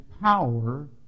power